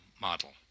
model